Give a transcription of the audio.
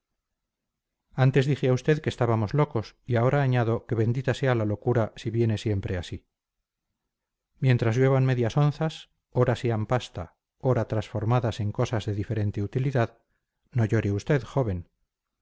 antes dije a usted que estábamos locos y ahora añado que bendita sea la locura si viene siempre así mientras lluevan medias onzas ora sean pasta ora transformadas en cosas de diferente utilidad no llore usted joven